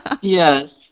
Yes